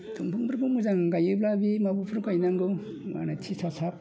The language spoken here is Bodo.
दंफांफोरखौ मोजां गायोब्ला बि माबाफोर गायनांगौ